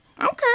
Okay